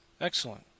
Excellent